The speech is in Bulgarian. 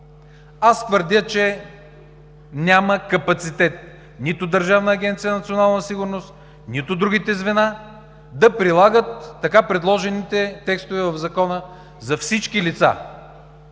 Аз твърдя, че няма капацитет нито в Държавна агенция „Национална сигурност“, нито в другите звена да прилагат така предложените текстове в Закона за всички лица.